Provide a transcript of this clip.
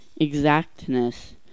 exactness